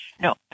No